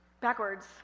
Backwards